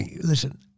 Listen